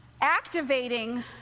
activating